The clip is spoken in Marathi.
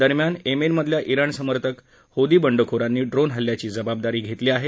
दरम्यान येमेनमधल्या जिणसमर्थक होदी बंडखोरांनी ड्रोन हल्ल्याची जबाबदारी घेतली आहे